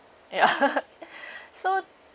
ya so